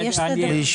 בבקשה.